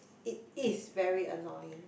it is very annoying